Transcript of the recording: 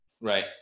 right